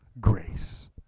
grace